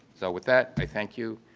so with that, i thank you.